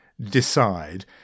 decide